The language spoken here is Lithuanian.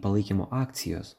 palaikymo akcijos